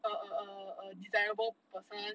err err err a desirable person